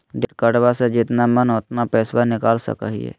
Debit कार्डबा से जितना मन उतना पेसबा निकाल सकी हय?